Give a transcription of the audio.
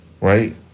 Right